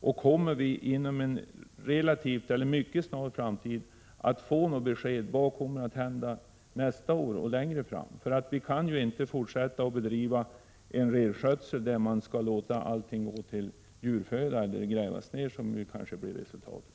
Får vi inom en mycket snar framtid något besked om vad som kommer att hända nästa år och längre fram? Man kan ju inte fortsätta att bedriva en renskötsel där allt kött går till djurföda eller grävs ned, vilket kanske blir resultatet.